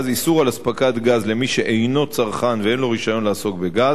איסור אספקת גז למי שאינו צרכן ואין לו רשיון לעסוק בגז,